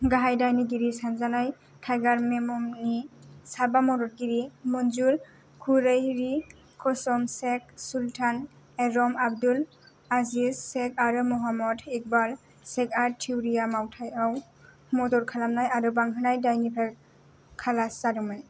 गाहाय दायनिगिरि सानजानाय टाइगार मेमननि साबा मददगिरि मन्जूर कुरैशी कसम शेख सुल्तान ए र'म आब्दुल आजीज शेख आरो म'हम्मद इकबाल शेखआ थिउरिया मावथाइयाव मदद खालामनाय आरो बांहोनाय दायनिफ्राय खालास जादोंमोन